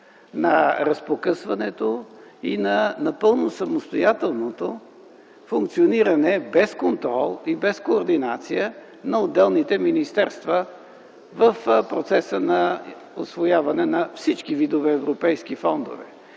на разпокъсването и на напълно самостоятелното функциониране без контрол и без координация на отделните министерства в процеса на усвояване на всички видове европейски фондове.